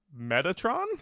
Metatron